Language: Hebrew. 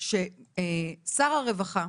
ששר הרווחה,